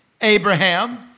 Abraham